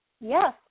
Yes